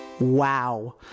Wow